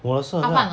我的是好像